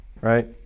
Right